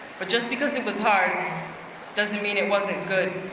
but just because it was hard doesn't mean it wasn't good.